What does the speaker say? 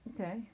okay